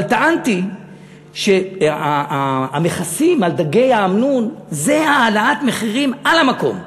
אבל טענתי שהמכסים על דגי האמנון זה העלאת מחירים על המקום.